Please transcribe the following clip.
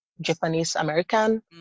Japanese-American